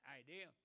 idea